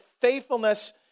faithfulness